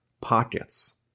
pockets